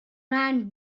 round